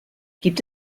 gibt